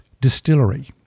distillery